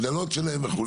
הגדלות שלהם וכו'.